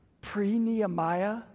pre-Nehemiah